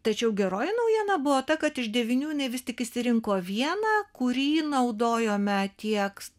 tačiau geroji naujiena buvo ta kad iš devynių jinai vis tik išsirinko vieną kurį naudojome tiek